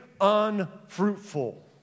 unfruitful